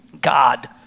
God